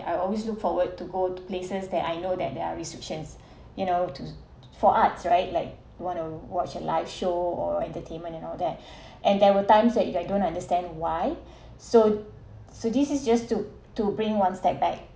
I always look forward to go to places that I know that there are restrictions you know to~ for arts right like want to watch a live show or entertainment and all that and there were times that if I don't understand why so so this is just to to bring one step back